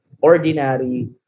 ordinary